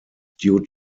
due